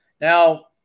now